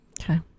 Okay